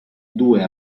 due